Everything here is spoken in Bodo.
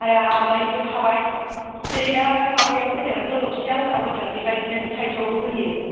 आरो आमलायनिबो थाबाय जेरै दा माबायाव होदों जलफि आसारआव होदों बेबायदिनो थाइजौआवबो होयो